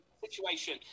situation